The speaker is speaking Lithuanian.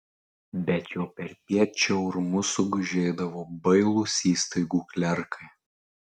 bet jau perpiet čia urmu sugužėdavo bailūs įstaigų klerkai